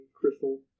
crystal